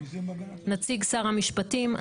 נציג שר המשפטים.